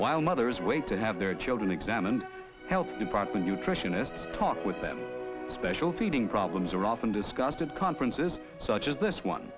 while mothers wait to have their children examined help department nutritionists talk with them special feeding problems are often discussed at conferences such as this one